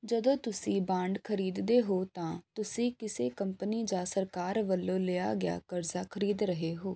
ਜਦੋਂ ਤੁਸੀਂ ਬਾਂਡ ਖਰੀਦਦੇ ਹੋ ਤਾਂ ਤੁਸੀਂ ਕਿਸੇ ਕੰਪਨੀ ਜਾਂ ਸਰਕਾਰ ਵੱਲੋਂ ਲਿਆ ਗਿਆ ਕਰਜ਼ਾ ਖਰੀਦ ਰਹੇ ਹੋ